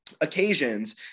occasions